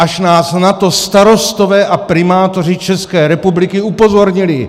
Až nás na to starostové a primátoři České republiky upozornili.